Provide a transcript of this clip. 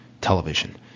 television